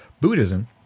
Buddhism